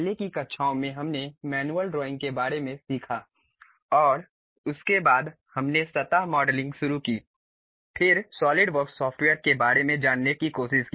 पहले की कक्षाओं में हमने मैनुअल ड्राइंग के बारे में सीखा और उसके बाद हमने सतह मॉडलिंग शुरू की फिर सॉलिडवर्क्स सॉफ़्टवेयर के बारे में जानने की कोशिश की